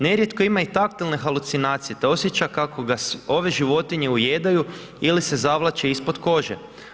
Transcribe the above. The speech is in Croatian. Nerijetko ima i taktilne halucinacije te osjeća kako ga ove životinje ujedaju ili se zavlače ispod kože.